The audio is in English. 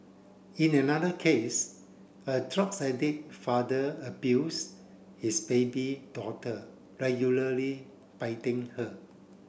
in another case a drugs addict father abused his baby daughter regularly biting her